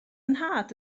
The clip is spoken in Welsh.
nhad